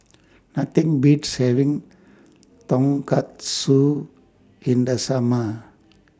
Nothing Beats having Tonkatsu in The Summer